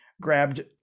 grabbed